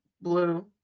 blue